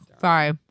Sorry